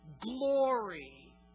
glory